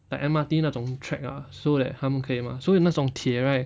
like M_R_T 那种 track ah so that 他们可以 mah 所以那种铁 right